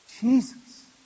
Jesus